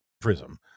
prism